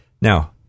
Now